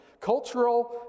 Cultural